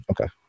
Okay